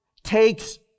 takes